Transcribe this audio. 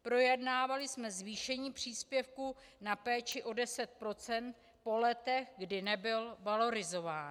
Projednávali jsme zvýšení příspěvku na péči o deset procent po letech, kdy nebyl valorizován.